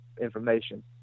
information